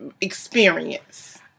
experience